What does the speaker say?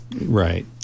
Right